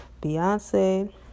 Beyonce